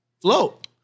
float